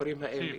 בכפרים האלה,